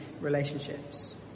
relationships